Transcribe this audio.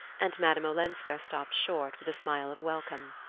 and madame olenska stopped short with a smile of welcome.